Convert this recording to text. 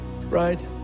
Right